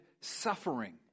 Suffering